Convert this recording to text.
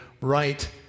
right